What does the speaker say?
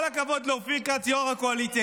כל הכבוד לאופיר כץ יו"ר הקואליציה,